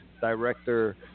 director